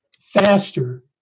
faster